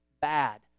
bad